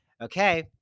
Okay